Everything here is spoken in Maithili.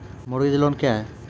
मोरगेज लोन क्या है?